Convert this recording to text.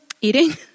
Eating